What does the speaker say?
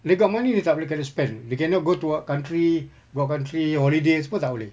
they got money dia tak boleh kena spend they cannot go to what country what country holiday semua tak boleh